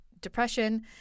depression